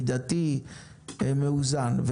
מידתי ומאוזן.